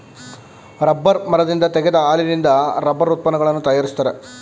rubber ಮರದಿಂದ ತೆಗೆದ ಹಾಲಿನಿಂದ ರಬ್ಬರ್ ಉತ್ಪನ್ನಗಳನ್ನು ತರಯಾರಿಸ್ತರೆ